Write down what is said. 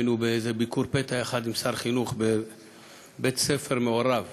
היינו באיזה ביקור פתע עם שר החינוך בבית-ספר מעורב